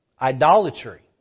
Idolatry